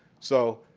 so